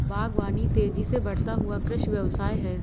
बागवानी तेज़ी से बढ़ता हुआ कृषि व्यवसाय है